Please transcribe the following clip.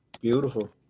Beautiful